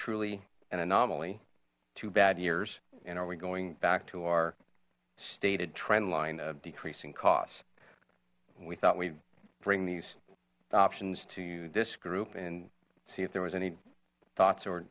truly an anomaly two bad years and are we going back to our stated trendline of decreasing costs we thought we'd bring these options to this group and see if there was any thoughts or